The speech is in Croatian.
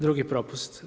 Drugi propust.